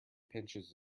pinches